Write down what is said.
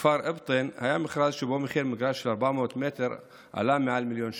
בכפר אבטין היה מכרז שבו מחיר מגרש של 400 מ"ר היה מעל מיליון שקל,